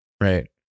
right